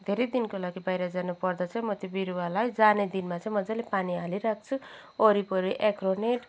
धेरै दिनको लागि बाहिर जानुपर्दा चाहिँ म त्यो बिरुवालाई जाने दिनमा चाहिँ मजाले पानी हालिराख्छु वरिपरि एग्रोनेट